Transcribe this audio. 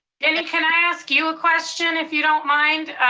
ginny, can i ask you a question, if you don't mind?